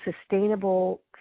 sustainable